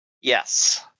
Yes